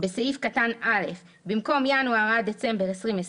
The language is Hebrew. (א)בסעיף קטן (א), במקום "ינואר עד דצמבר 2020"